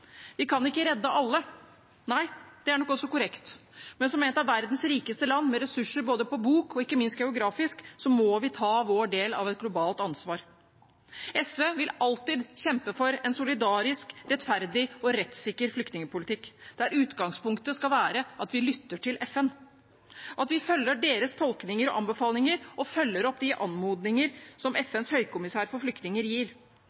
Vi kan ikke redde alle. Nei, det er nok også korrekt, men som et av verdens rikeste land, med ressurser både på bok og ikke minst geografisk, må vi ta vår del av et globalt ansvar. SV vil alltid kjempe for en solidarisk, rettferdig og rettssikker flyktningpolitikk, der utgangspunktet skal være at vi lytter til FN – at vi følger deres tolkninger og anbefalinger og følger opp de anmodninger som FNs høykommissær for flyktninger gir.